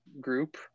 group